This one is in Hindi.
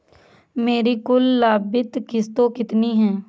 मेरी कुल लंबित किश्तों कितनी हैं?